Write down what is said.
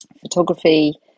photography